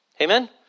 Amen